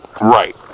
right